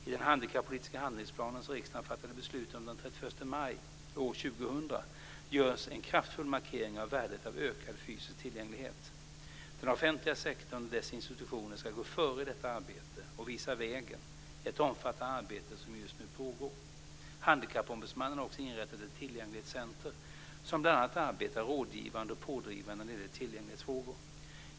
I den handikappolitiska handlingsplan som riksdagen fattade beslut om den 31 maj år 2000 görs en kraftfull markering av värdet av ökad fysisk tillgänglighet. Den offentliga sektorn och dess institutioner ska gå före i detta arbete och visa vägen, ett omfattande arbete som just nu pågår. Handikappombudsmannen har också inrättat ett tillgänglighetscenter som bl.a. arbetar rådgivande och pådrivande när det gäller tillgänglighetsfrågor.